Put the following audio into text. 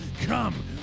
Come